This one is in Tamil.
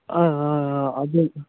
ஆ ஆ அது